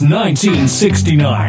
1969